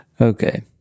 Okay